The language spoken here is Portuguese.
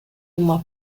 uma